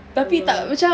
oh